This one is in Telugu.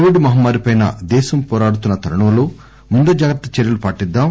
కోవిడ్ మహమ్మారిపై దేశం పోరాడుతున్న తరుణంలో ముందు జాగ్రత్తలను పాటిద్గాం